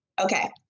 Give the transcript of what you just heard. Okay